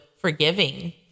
forgiving